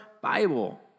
Bible